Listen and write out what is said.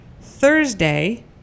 Thursday